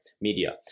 media